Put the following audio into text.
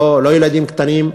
לא ילדים קטנים,